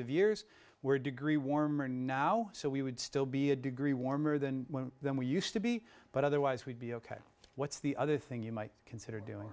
of years where degree warmer now so we would still be a degree warmer than than we used to be but otherwise we'd be ok what's the other thing you might consider doing